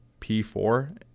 P4